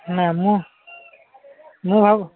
ନାହିଁ ମ ମୁଁ ଆଉ